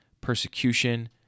persecution